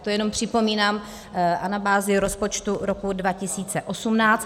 To jenom připomínám na bázi rozpočtu roku 2018.